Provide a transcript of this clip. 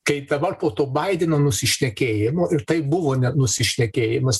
kaip dabar po to baideno nusišnekėjimo ir tai buvo nusišnekėjimas